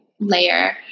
layer